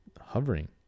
hovering